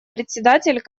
председатель